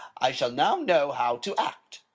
i shall now know how to act.